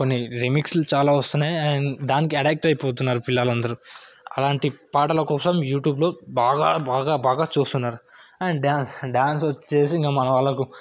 కొన్ని రీమిక్స్లు చాలా వస్తున్నాయి అండ్ దానికి అడిక్ట్ అయిపోతున్నరు పిల్లలందరూ అలాంటి పాటల కోసం యూట్యూబ్లో బాగా బాగా బాగా చూస్తున్నరు అండ్ డ్యాన్స్ డ్యాన్స్ వచ్చేసి ఇంకా మన వాళ్ళకు